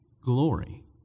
glory